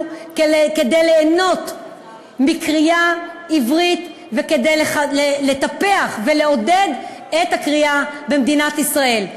כדי ליהנות מקריאה עברית וכדי לטפח ולעודד את הקריאה במדינת ישראל.